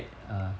(uh huh)